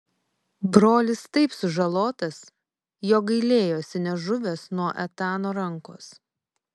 brolis taip sužalotas jog gailėjosi nežuvęs nuo etano rankos